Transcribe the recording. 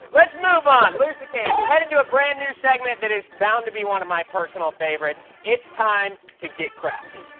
let's move on. lose the candy. we're headed to a brand new segment that is bound to be one of my personal favorites. it's time to get crafty.